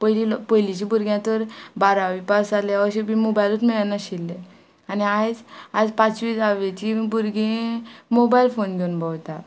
पयली पयलींच्या भुरग्यां तर बारावी पास जाले अशें बी मोबायलूत मेळनाशिल्ले आनी आयज आयज पांचवी जावेची भुरगीं मोबायल फोन घेवन भोंवतात